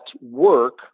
work